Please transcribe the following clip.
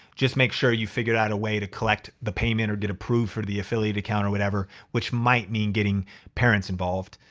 just make sure you figured out a way to collect the payment or get approved for the affiliate account or whatever, which might mean getting parents involved.